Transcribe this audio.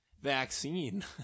vaccine